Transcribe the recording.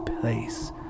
place